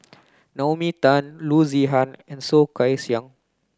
Naomi Tan Loo Zihan and Soh Kay Siang